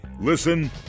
Listen